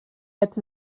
haig